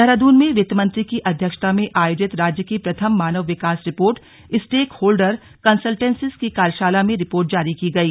देहरादून में वित्त मंत्री की अध्यक्षता में आयोजित राज्य की प्रथम मानव विकास रिपोर्ट स्टेक होल्डर कन्सलटेशन्स की कार्यशाला में रिपोर्ट जारी की गई